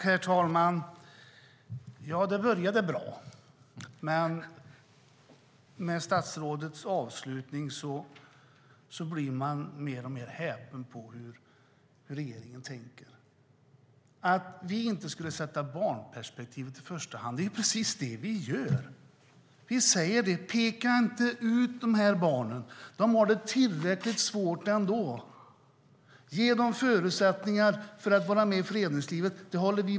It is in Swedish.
Herr talman! Det började bra, men i och med statsrådets avslutning blir man mer och mer häpen över hur regeringen tänker. Statsrådet säger att vi inte skulle sätta barnperspektivet främst. Det är ju precis det vi gör. Vi säger: Peka inte ut de här barnen! De har det tillräckligt svårt ändå. Vi håller med om att de ska ges förutsättningar att vara med i föreningslivet.